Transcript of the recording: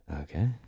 Okay